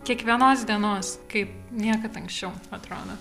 kiekvienos dienos kaip niekad anksčiau atrodo